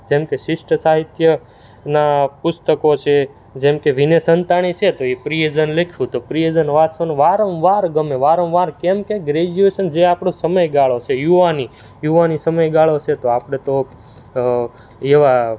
જેમ કે શિષ્ટ સાહિત્ય ના પુસ્તકો છે જેમ કે વિનય સંતાણી છે તો ઇ પ્રિયજન લખ્યું તો પ્રિયજન વાંચવાનું વારંવાર ગમે વારંવાર કેમ કે ગ્રેજ્યુએશન જે આપણો સમયગાળો છે યુવાની યુવાની સમયગાળો છે તો આપણે તો એવા